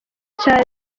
cya